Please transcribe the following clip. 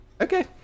okay